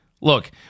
Look